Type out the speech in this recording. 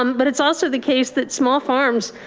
um but it's also the case that small farms